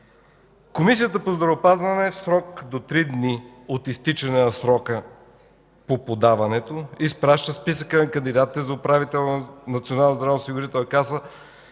Комисията по здравеопазване в срок до три дни от изтичане на срока по подаването изпраща списъка на кандидатите за управител на